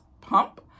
pump